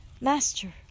Master